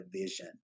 vision